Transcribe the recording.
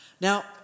Now